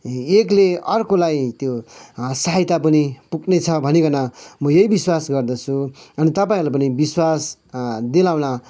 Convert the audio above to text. एकले अर्कोलाई त्यो सहायता पनि पुग्नेछ भनिकन म यही विश्वास गर्दछु अनि तपाईँहरूलाई पनि विश्वास दिलाउन